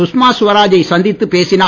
சுஷ்மா ஸ்வராஜ் சந்தித்துப் பேசினார்